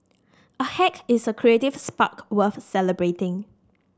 a hack is a creative spark worth celebrating